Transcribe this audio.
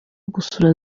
gusura